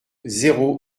zéro